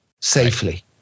safely